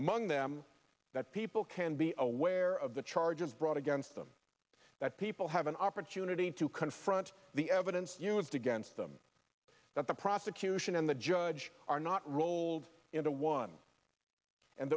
among them that people can be aware of the charges brought against them that people have an opportunity to confront the evidence used against them that the prosecution and the judge are not rolled into one and